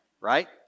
right